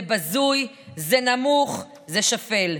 זה בזוי, זה נמוך, זה שפל.